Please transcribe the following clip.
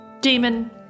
Demon